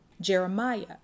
Jeremiah